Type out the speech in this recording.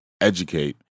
educate